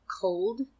cold